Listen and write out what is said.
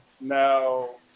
No